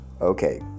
okay